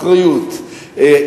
אחריות,